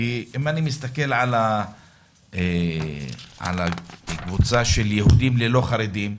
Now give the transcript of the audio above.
כי אם אני מסתכל על הקבוצה של יהודים, ללא חרדים,